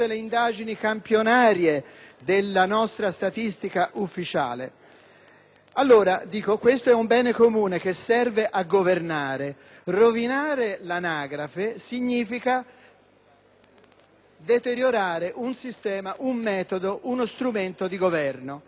Allora, questo è un bene comune che serve a governare. Rovinare l'anagrafe significa deteriorare un sistema, un metodo, uno strumento di Governo. Vorrei spiegare brevemente la ragione di questa affermazione.